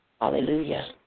Hallelujah